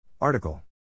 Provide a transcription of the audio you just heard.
Article